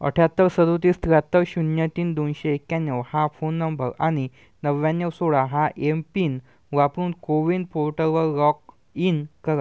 अठ्याहत्तर सदतीस त्र्याहत्तर शून्य तीन दोनशे एक्याण्णव हा फोन नंबं आणि नव्याण्णव सोळा हा येम पिन वापरून कोविन पोटलवर लॉक इन करा